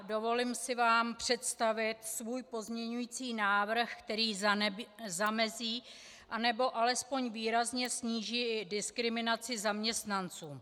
Dovolím si vám představit svůj pozměňující návrh, který zamezí, anebo alespoň výrazně sníží diskriminaci zaměstnanců.